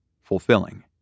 fulfilling